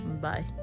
Bye